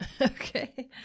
okay